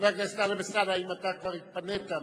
חבר הכנסת טלב אלסאנע, אם אתה כבר התפנית,